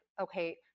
okay